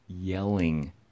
yelling